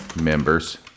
members